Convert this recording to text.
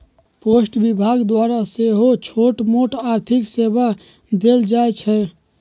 post विभाग द्वारा सेहो छोटमोट आर्थिक सेवा देल जाइ छइ